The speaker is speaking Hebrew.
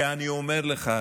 ואני אומר לך,